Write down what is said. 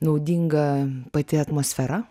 naudinga pati atmosfera